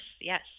Yes